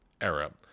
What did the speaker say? era